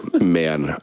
man